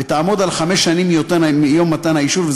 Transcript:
ותהיה חמש שנים מיום מתן האישור.